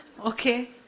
Okay